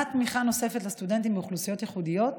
תמיכה נוספת לסטודנטים מאוכלוסיות ייחודיות,